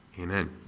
amen